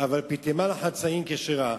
אבל פיטמה לחצאין כשרה.